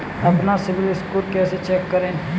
अपना CIBIL score कैसे check करें?